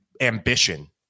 ambition